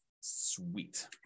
Sweet